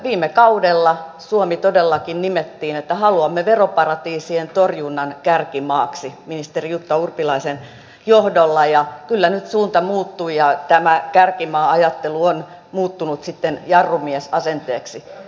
viime kaudella suomi todellakin nimettiin veroparatiisien torjunnan kärkimaaksi siis että haluamme tällaiseksi ministeri jutta urpilaisen johdolla ja kyllä nyt suunta muuttui ja tämä kärkimaa ajattelu on muuttunut sitten jarrumiesasenteeksi